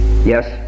Yes